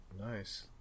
Nice